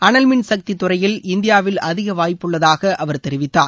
அனவ்மின் சக்தி துறையில் இந்தியாவில் அதிக வாய்ப்புள்ளதாக அவர் தெரிவித்தார்